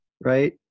Right